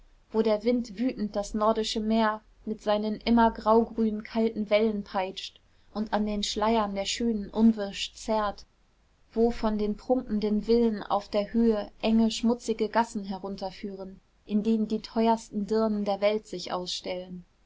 wo der wind wütend das nordische meer mit seinen immer graugrünen kalten wellen peitscht und an den schleiern der schönen unwirsch zerrt wo von den prunkenden villen auf der höhe enge schmutzige gassen herunterführen in denen die teuersten dirnen der welt sich ausstellen